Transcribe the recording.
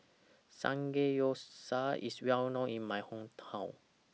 Samgeyopsal IS Well known in My Hometown